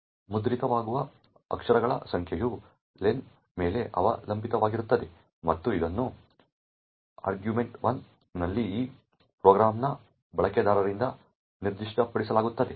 ಮುದ್ರಿತವಾಗುವ ಅಕ್ಷರಗಳ ಸಂಖ್ಯೆಯು ಲೆನ್ ಮೇಲೆ ಅವಲಂಬಿತವಾಗಿರುತ್ತದೆ ಮತ್ತು ಇದನ್ನು argv1 ನಲ್ಲಿ ಈ ಪ್ರೋಗ್ರಾಂನ ಬಳಕೆದಾರರಿಂದ ನಿರ್ದಿಷ್ಟಪಡಿಸಲಾಗುತ್ತದೆ